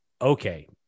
okay